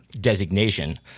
designation